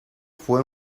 fue